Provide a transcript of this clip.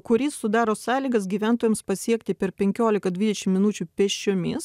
kuris sudaro sąlygas gyventojams pasiekti per penkiolika dvidešim minučių pėsčiomis